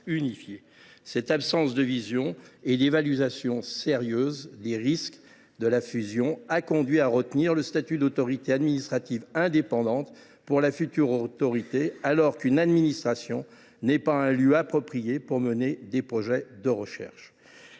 et l’absence d’une évaluation sérieuse des risques d’une telle fusion ont conduit à retenir le statut d’autorité administrative indépendante pour le futur organisme, alors qu’une administration n’est pas un lieu approprié pour mener des projets de recherche.